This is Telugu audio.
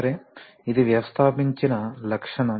సరే ఇది వ్యవస్థాపించిన లక్షణం